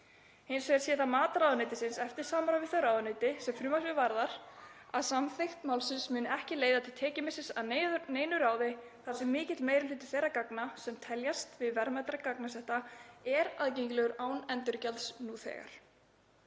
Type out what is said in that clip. Hins vegar sé það mat ráðuneytisins, eftir samráð við þau ráðuneyti sem frumvarpið varðar, að samþykkt málsins muni ekki leiða til tekjumissis að neinu ráði þar sem mikill meiri hluti þeirra gagna sem teljast til verðmætra gagnasetta er aðgengilegur án endurgjalds nú þegar.